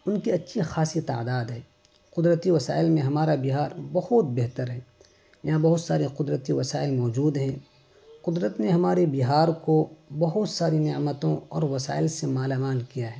ان کی اچھی خاصیت ععداد ہے قدرتی وسائل میں ہمارا بہار بہت بہتر ہے یہاں بہت ساریے قدرتی وسائل موجود ہیں قدرت نے ہمارے بہار کو بہت ساری نعمتوں اور وسائل سے ملامال کیا ہے